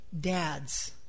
Dads